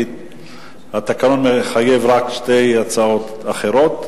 כי התקנון מחייב רק שתי הצעות אחרות.